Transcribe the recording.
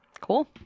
Cool